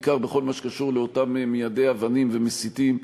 בעיקר בכל מה שקשור לאותם מיידי אבנים ומסיתים,